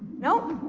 nope?